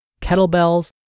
kettlebells